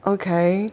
okay